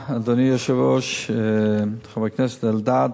אדוני היושב-ראש, תודה, חבר הכנסת אלדד,